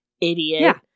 idiot